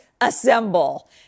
assemble